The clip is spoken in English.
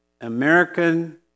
American